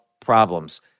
problems